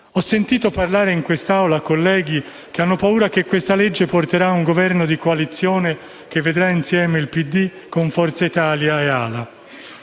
Ho sentito parlare in quest'Aula colleghi che hanno paura che questa legge porterà a un Governo di coalizione che vedrà insieme il PD con Forza Italia e ALA;